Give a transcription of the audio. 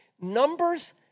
Numbers